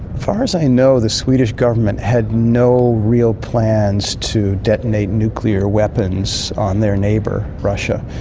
far as i know the swedish government had no real plans to detonate nuclear weapons on their neighbour, russia.